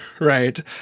right